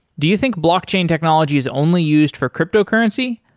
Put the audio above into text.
do you think blockchain technology is only used for cryptocurrency?